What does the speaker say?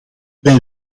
wij